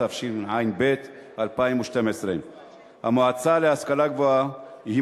התשע"ב 2012. המועצה להשכלה גבוהה היא